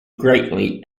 greatly